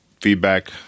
feedback